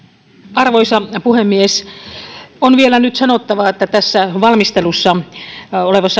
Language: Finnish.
arvoisa puhemies on vielä nyt sanottava että tämä valmistelussa oleva